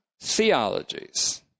theologies